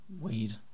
weed